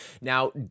Now